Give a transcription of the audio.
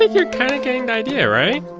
ah you're kind of getting the idea right?